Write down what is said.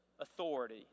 authority